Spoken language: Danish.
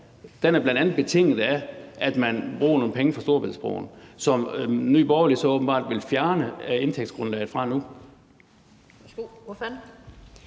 Den er bl.a. betinget af, at man bruger nogle penge fra Storebæltsbroen, som Nye Borgerlige så åbenbart vil fjerne indtægtsgrundlaget fra nu.